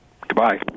Goodbye